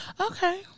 Okay